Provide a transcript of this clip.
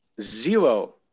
zero